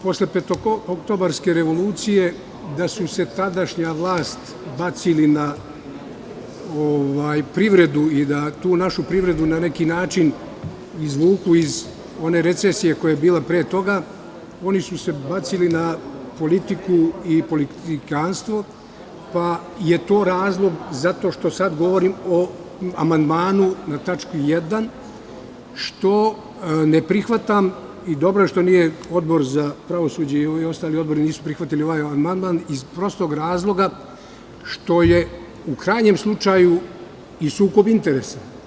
Posle Petooktobarske revolucije, da se tadašnja vlast bacila na privredu i da tu našu privredu na neki način izvuku iz one recesije koja je bila pre toga, oni su se bacili na politiku i politikanstvo, pa je to razlog zato što sad govorim o amandmanu na tačku 1, što ne prihvatam i dobro je što nije Odbor za pravosuđe i ovi ostali odborinisu prihvatili ovaj amandman iz prostog razloga što je u krajnjem slučaju i sukob interesa.